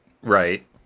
Right